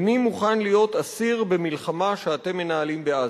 איני מוכן להיות אסיר במלחמה שאתם מנהלים בעזה.